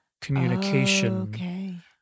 communication